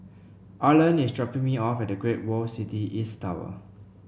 Arland is dropping me off at Great World City East Tower